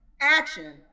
Action